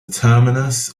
terminus